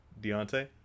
Deontay